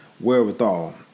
wherewithal